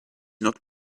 not